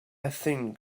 thing